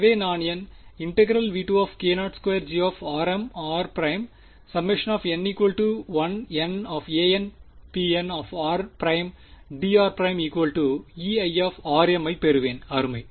எனவே நான் என் V2k0 2grmrn1N χnanpnrdrEiஐ பெறுவேன் அருமை